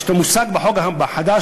יש מושג בחוק החדש,